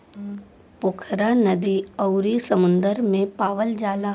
पोखरा नदी अउरी समुंदर में पावल जाला